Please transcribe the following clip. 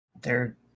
They're-